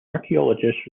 archaeologist